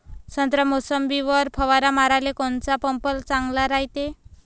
संत्रा, मोसंबीवर फवारा माराले कोनचा पंप चांगला रायते?